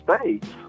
states